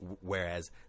Whereas